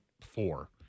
four